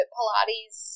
Pilates